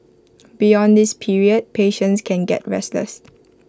beyond this period patients can get restless